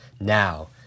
Now